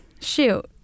shoot